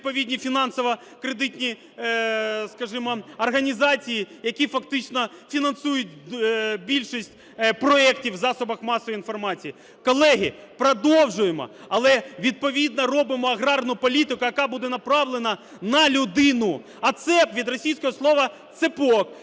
відповідні фінансово-кредитні, скажімо, організації, які фактично фінансують більшість проектів у засобах масової інформації. Колеги, продовжуємо! Але відповідно робимо аграрну політику, яка буде направлена на людину. А "цепь" – від російського слова "цепок",